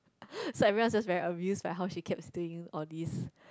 so every round I'm just very obvious like how she catch to you all this